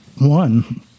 one